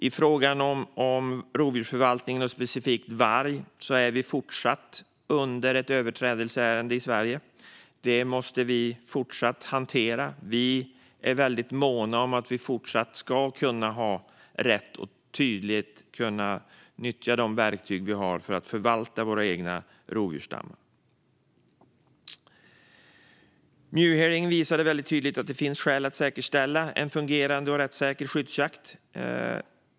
I fråga om rovdjursförvaltningen och specifikt varg drivs fortfarande ett överträdelseärende mot Sverige. Detta måste vi fortsätta att hantera, och vi är måna om att Sverige även fortsättningsvis ska ha tydlig rätt att nyttja de verktyg landet har för att förvalta sina egna rovdjursstammar. Hearingen i miljö och jordbruksutskottet visade tydligt att det finns skäl att säkerställa en fungerade och rättssäker skyddsjakt.